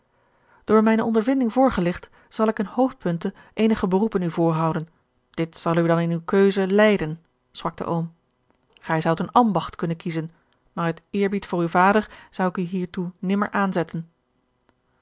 door mijne ondervinding voorgelicht zal ik in hoofdpunten eenige beroepen u voor houden dit zal u dan in uwe keus leiden sprak de oom gij zoudt een ambacht kunnen kiezen maar uit eerbied voor uw vader zou ik u hiertoe nimmer aanzetten